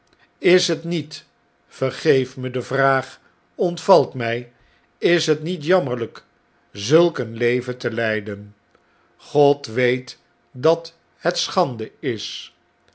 is het niet vergeef me de vraagontvalt mij is het niet jammer zulk een leven te leiden god weet dat het schande is